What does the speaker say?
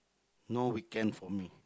no weekend for me